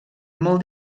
molt